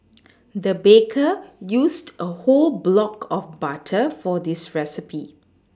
the baker used a whole block of butter for this recipe